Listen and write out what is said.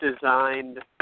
Designed